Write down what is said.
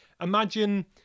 imagine